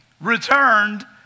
returned